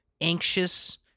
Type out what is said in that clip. anxious